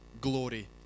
glory